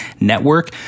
Network